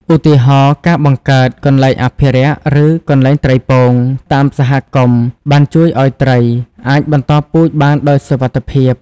ឧទាហរណ៍ ការបង្កើត "កន្លែងអភិរក្ស" ឬ "កន្លែងត្រីពង" តាមសហគមន៍ បានជួយឲ្យត្រីអាចបន្តពូជបានដោយសុវត្ថិភាព។